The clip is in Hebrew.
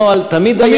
הנוהל תמיד היה,